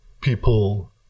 people